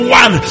one